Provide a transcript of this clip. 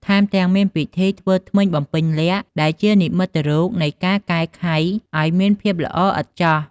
ថែមទាំង មានពិធីធ្វើធ្មេញបំពេញលក្ខណ៍ ដែលជានិមិត្តរូបនៃការកែខៃឱ្យមានភាពល្អឥតខ្ចោះ។